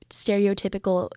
stereotypical